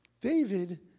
David